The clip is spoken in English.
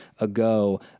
ago